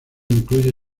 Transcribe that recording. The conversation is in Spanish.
incluye